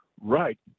right